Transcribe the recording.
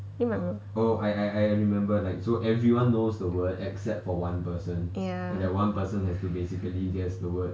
ya